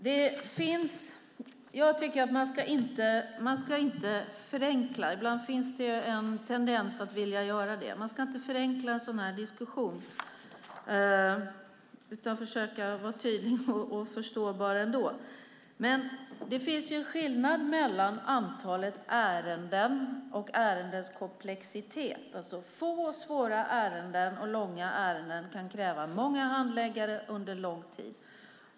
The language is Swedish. Herr talman! Man ska inte förenkla en sådan här diskussion. Ibland finns det en tendens att vilja göra det. Man ska försöka vara tydlig och förstå bra ändå. Det finns en skillnad mellan antalet ärenden och ärendenas komplexitet. Få svåra och långa ärenden kan kräva många handläggare under lång tid.